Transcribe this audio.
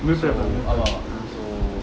ஆமா:ama so